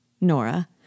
Nora